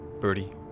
Birdie